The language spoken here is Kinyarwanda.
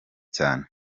cyane